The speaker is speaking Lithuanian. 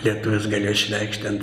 lietuvis galėjo išreikšt ten